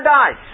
die